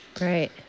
Right